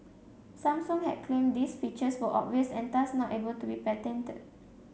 Samsung had claimed these features were obvious and thus not able to be patented